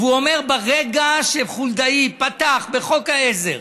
והוא אומר: ברגע שחולדאי פתח בחוק העזר